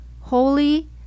holy